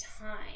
time